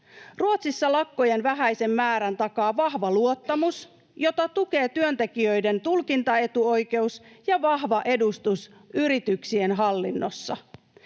Ruotsissa lakkojen vähäisen määrän takaa vahva luottamus, jota tukee työntekijöiden tulkintaetuoikeus ja vahva edustus yrityksien hallinnossa.